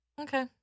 Okay